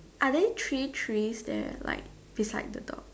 are there three trees there like beside the dot